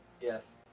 Yes